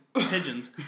pigeons